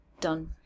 done